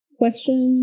question